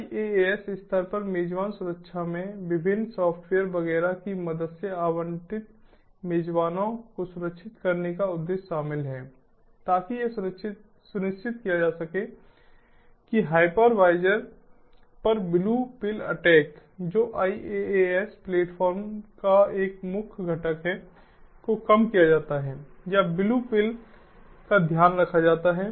IaaS स्तर पर मेजबान सुरक्षा में विभिन्न सॉफ्टवेयर वगैरह की मदद से आवंटित मेजबानों को सुरक्षित करने का उद्देश्य शामिल है ताकि यह सुनिश्चित किया जा सके कि हाइपरवाइजर पर ब्लू पिल अटैक जो IaaS प्लेटफार्मों का एक मुख्य घटक है को कम किया जाता है या ब्लू पिल का ध्यान रखा जाता है